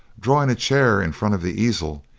drawing a chair in front of the easel,